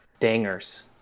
Dangers